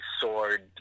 sword